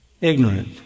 ignorant